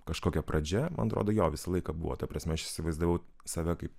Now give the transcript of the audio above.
kažkokia pradžia man atrodo jo visą laiką buvo ta prasme aš įsivaizdavau save kaip